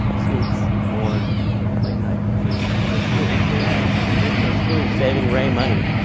this means more late night food for free for ray. see, so it's really saving ray money,